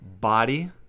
body